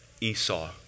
Esau